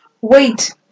Wait